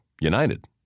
united